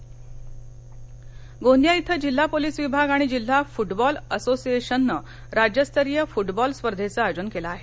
गोंदिया गोंदिया क्रिं जिल्हा पोलीस विभाग आणि जिल्हा फुटबॉल असोसिएशननं राज्यस्तरिय फुटबॉल स्पर्धेचं आयोजन केलं आहे